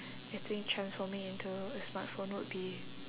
I think transforming into a smartphone would be